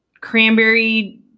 cranberry